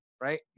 right